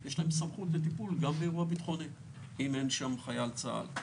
יש להם סמכות טיפול גם באירוע ביטחוני אם אין שם חייל צה"ל.